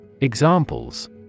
Examples